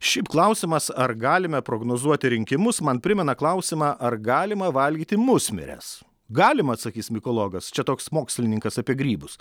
šiaip klausimas ar galime prognozuoti rinkimus man primena klausimą ar galima valgyti musmires galima atsakys mikologas čia toks mokslininkas apie grybus